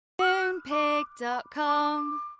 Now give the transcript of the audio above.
Moonpig.com